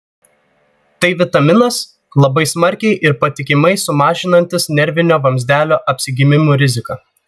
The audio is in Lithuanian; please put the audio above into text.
tai vitaminas labai smarkiai ir patikimai sumažinantis nervinio vamzdelio apsigimimų riziką